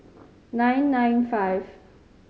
nine nine five